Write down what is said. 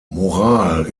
moral